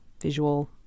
visual